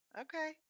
Okay